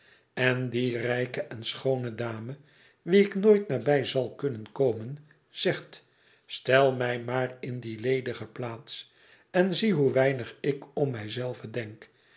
en die rijke en schoone dame wie ik nooit nabij zal kunnen komen zegt stel mij maar in die ledige plaats en zie hoe weinig ik om mij zelve denk